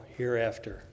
hereafter